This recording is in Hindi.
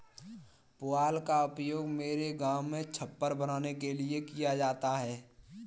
पुआल का उपयोग मेरे गांव में छप्पर बनाने के लिए किया जाता है